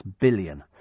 billion